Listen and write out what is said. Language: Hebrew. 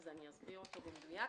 אסביר אותו במדויק,